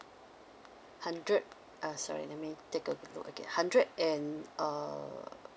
hundred uh sorry let me take a look again hundred and uh